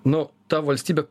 nu ta valstybė